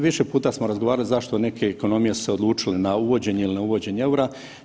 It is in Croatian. Više puta smo razgovarali zašto neke ekonomije su se odlučile na uvođenje ili ne uvođenje EUR-a.